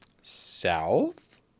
South